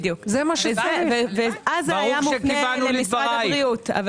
ברוך שכיונו לדבריך.